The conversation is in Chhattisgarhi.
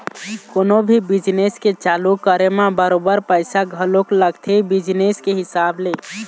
कोनो भी बिजनेस के चालू करे म बरोबर पइसा घलोक लगथे बिजनेस के हिसाब ले